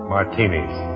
Martinis